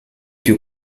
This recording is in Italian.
più